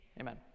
Amen